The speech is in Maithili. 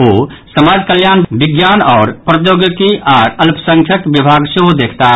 ओ समाज कल्याण विज्ञान आओर प्रौद्योगिकी आ अल्प संख्यक विभाग सेहो देखताह